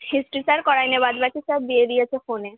history sir করায়নি বাদ বাকি সব দিয়ে দিয়েছে ফোনে